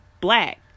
black